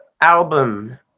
album